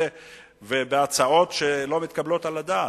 האלה ובהצעות שהן לא מתקבלות על הדעת.